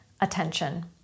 attention